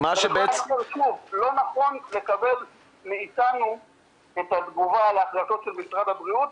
לכן לא נכון לקבל מאתנו את התגובה על ההחלטות של משרד הבריאות.